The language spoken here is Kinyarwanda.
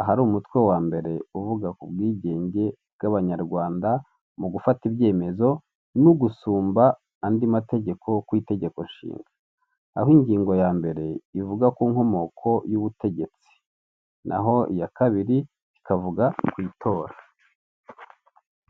ahari umutwe wa mbere uvuga ku bwigenge bw'Abanyarwanda mu gufata ibyemezo no gusumba andi mategeko ku itegeko nshinga, aho ingingo ya mbere ivuga ku nkomoko y'ubutegetsi naho iya kabiri ikavuga ku itora .